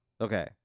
Okay